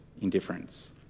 indifference